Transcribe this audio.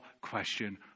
question